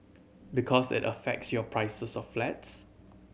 because it affects your prices of flats